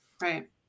right